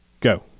go